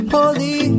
Holy